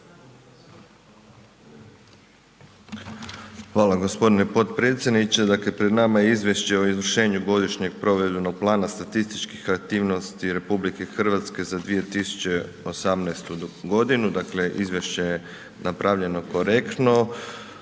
Hvala gospodine potpredsjedniče. Dakle pred nama je Izvješće o izvršenju Godišnjeg provedbenog plana statističkih aktivnosti RH za 2018. godinu, dakle izvješće je napravljeno korektno,